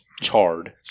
charred